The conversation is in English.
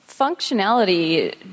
Functionality